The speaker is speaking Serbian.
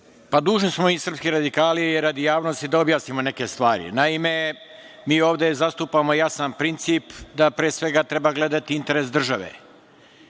Dužni smo, mi srpski radikali, radi javnosti da objasnimo neke stvari. Naime, mi ovde zastupamo jasan princip da, pre svega, treba gledati interes države.